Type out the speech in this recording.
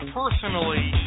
personally